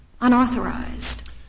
unauthorized